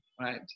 right